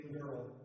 girl